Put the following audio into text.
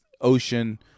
ocean